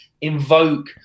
invoke